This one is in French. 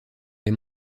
les